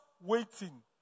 waiting